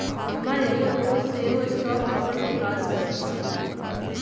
हमर एगो दोस सेहो स्टॉक ब्रोकर के काज करइ छइ